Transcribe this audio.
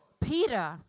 Peter